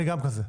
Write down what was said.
גם אני כזה.